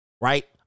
right